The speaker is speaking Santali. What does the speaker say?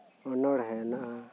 ᱚᱱᱚᱲᱦᱮ ᱦᱮᱱᱟᱜᱼᱟ